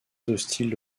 hostile